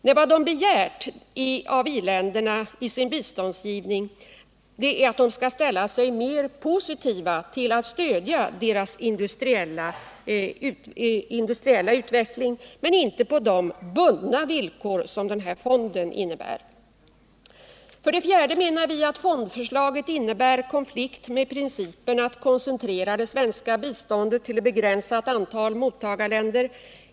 Nej, vad de begärt är att i-länderna i sin biståndsgivning skall ställa sig mer positiva till att stödja u-länderna i deras industrialisering, men inte på de bundna villkor som fonden innebär. 4. Fondförslaget innebär konflikt med principen att koncentrera det svenska biståndet till ett begränsat antal mottagarländer.